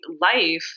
life